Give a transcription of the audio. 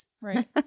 Right